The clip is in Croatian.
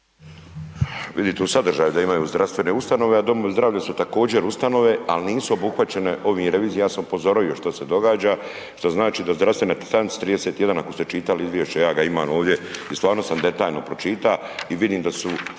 Vidite u sadržaju da imaju zdravstvene ustanove, a domovi zdravlja su također ustanove, al nisu obuhvaćene ovim revizijama, ja sam upozorio što se događa, što znači da zdravstvene, na str. 31. ako ste čitali izvješće, ja ga imam ovdje i stvarno sam detaljno pročita i vidim da su